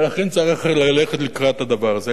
ולכן צריך ללכת לקראת הדבר הזה.